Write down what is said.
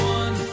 one